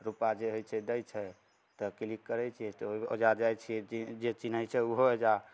रुपा जे हइ छै दै छै तऽ क्लिक करै छियै तऽ ओइजा जाइ छियै जे चिन्हैत छै ओहो ओइजा